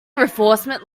reinforcement